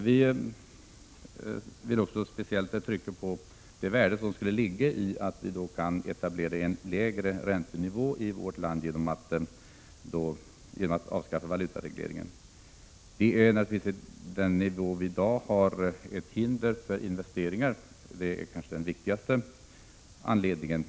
Vi vill också speciellt trycka på värdet av att vi skulle kunna etablera en lägre räntenivå i vårt land om vi avskaffade valutaregleringen. Den räntenivå som vi i dag har utgör naturligtvis ett hinder för investeringar, vilket kanske är det viktigaste argumentet.